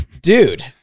dude